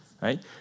right